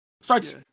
Starts